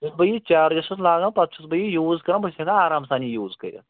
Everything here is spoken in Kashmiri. ییٚلہِ بہٕ یہِ چارجَس چھُس لاگان پتہٕ چھُس بہٕ یہِ یوٗز کران بہٕ چھُس ہٮ۪کان آرام سان یہِ یوٗز کٔرِتھ